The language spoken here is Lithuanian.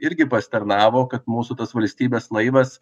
irgi pasitarnavo kad mūsų tas valstybės laivas